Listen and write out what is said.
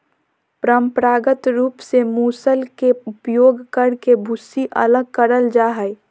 परंपरागत रूप से मूसल के उपयोग करके भूसी अलग करल जा हई,